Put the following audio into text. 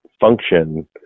function